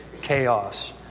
chaos